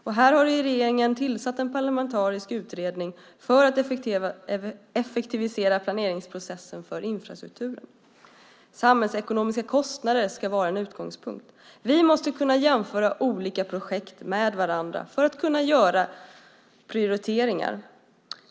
Regeringen har därför tillsatt en parlamentarisk utredning för att effektivisera planeringsprocessen för infrastrukturen. Samhällsekonomiska kostnader ska vara en utgångspunkt. Vi måste kunna jämföra olika projekt med varandra för att kunna göra prioriteringar.